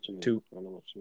two